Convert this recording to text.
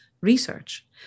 research